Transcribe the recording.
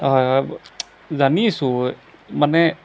হয় হয় জানিছোঁ মানে